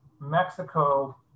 Mexico